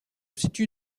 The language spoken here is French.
situe